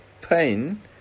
pain